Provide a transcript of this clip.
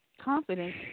confidence